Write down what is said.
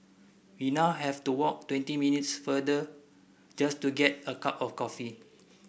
we now have to walk twenty minutes farther just to get a cup of coffee